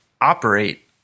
operate